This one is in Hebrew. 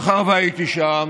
מאחר שהייתי שם,